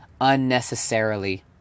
unnecessarily